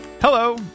Hello